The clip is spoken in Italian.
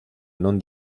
non